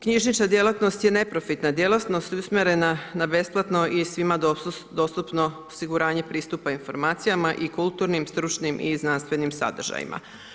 Knjižnična djelatnost je neprofitna djelatnost usmjerena na besplatno i svima dostupno osiguranje pristupa informacijama i kulturnim, stručnim i znanstvenim sadržajima.